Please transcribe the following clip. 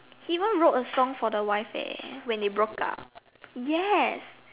he even wrote a song for the wife eh when they broke up yes